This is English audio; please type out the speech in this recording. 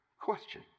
question